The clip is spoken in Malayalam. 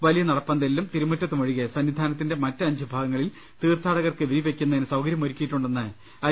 വലിയ നടപ്പന്തലിലും തിരുമുറ്റത്തുമൊഴികെ സന്നിധാനത്തിന്റെ മറ്റ് അഞ്ച് ഭാഗങ്ങളിൽ തീർത്ഥാടകർക്ക് വിരി വയ്ക്കുന്നതിന് സൌകര്യമൊരുക്കിയിട്ടുണ്ടെന്ന് ഐ